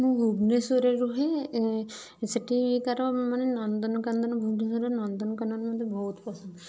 ମୁଁ ଭୁବନେଶ୍ୱରରେ ରୁହେ ସେଠିକାର ମାନେ ନନ୍ଦନକାନନ ଭୁବନେଶ୍ୱରର ନନ୍ଦନକାନନ ମୋତେ ବହୁତ ପସନ୍ଦ